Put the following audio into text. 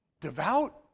Devout